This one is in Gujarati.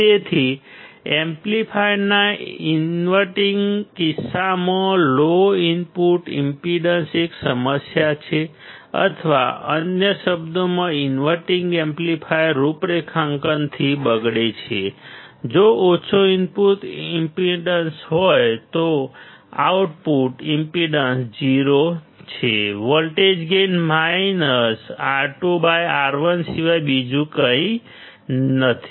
તેથી એમ્પ્લીફાયરના ઇન્વર્ટીંગ કિસ્સામાં લો ઇનપુટ ઈમ્પેડન્સ એક સમસ્યા છે અથવા અન્ય શબ્દોમાં ઇન્વર્ટીંગ એમ્પ્લીફાયર રૂઉપરેખાંકનથી બગડે છે જો ઓછો ઇનપુટ ઈમ્પેડન્સ હોય તો આઉટપુટ ઈમ્પેડન્સ 0 છે વોલ્ટેજ ગેઇન માઇનસ R2R1 સિવાય બીજું કંઈ નથી